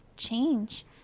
change